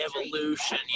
evolution